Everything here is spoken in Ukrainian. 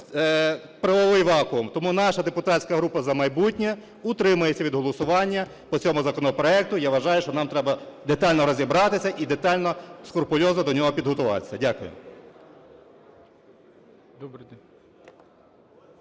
правовий вакуум. Тому наша депутатська група "За майбутнє" утримається від голосування по цьому законопроекту. Я вважаю, що нам треба детально розібратися і детально, скрупульозно до нього підготуватися. Дякую.